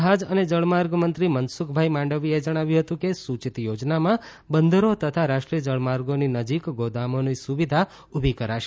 જહાજ અને જળમાર્ગ મંત્રી મનસુખભાઇ માંડવીયાએ જણાવ્યું હતું કે સુચિત યોજનામાં બંદરો તથા રાષ્ટ્રીય જળમાર્ગોની નજીક ગોદામોની સુવિધા ઉભી કરાશે